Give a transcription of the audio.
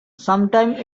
sometimes